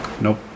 Nope